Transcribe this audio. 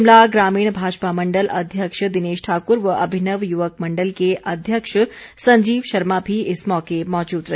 शिमला ग्रामीण भाजपा मंडल अध्यक्ष दिनेश ठाकर व अभिनव युवक मंडल के अध्यक्ष संजीव शर्मा भी इस मौके मौजूद रहे